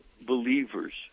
believers